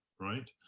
right